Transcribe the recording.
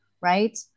right